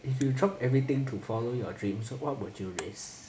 if you drop everything to follow your dreams what would you risk